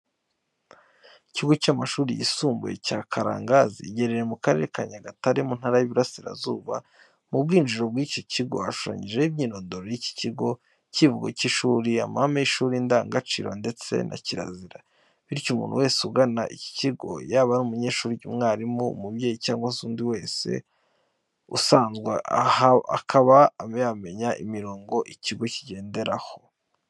Ikigo cy'amashuri yisumbuye cya Karangazi giherereye mu Karere ka Nyagatare mu Ntara y'Uburasirazuba. Mu bwinjiriro bw'iki kigo hashushanyijeho imyirondoro y'iki kigo, ikivugo cy'ishuri, amahame y'ishuri, indangagaciro ndetse na kirazira. Bityo umuntu wese ugana iki kigo, yaba ari umunyeshuri, umwarimu, umubyeyi cyangwa undi muntu wese usanzwe akaba yamenya imirongo ikigo kigenderaho.